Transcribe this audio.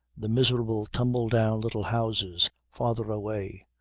the miserable tumble-down little houses farther away,